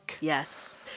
Yes